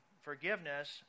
forgiveness